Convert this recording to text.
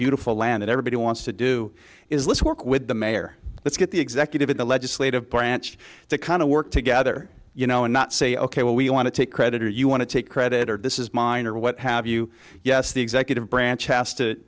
beautiful land everybody wants to do is let's work with the mayor let's get the executive at the legislative branch to kind of work together you know not say ok well we want to take credit or you want to take credit or this is mine or what have you yes the executive branch has to